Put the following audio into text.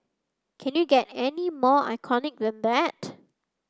can you get any more iconic than that